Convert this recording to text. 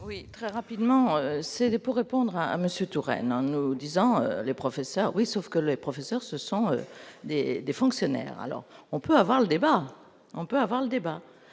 oui. Rapidement, c'était pour répondre à Monsieur Touraine, en nous disant le professeur oui, sauf que les professeurs se sont des fonctionnaires, alors on peut avoir le débat, on peut avoir le débat,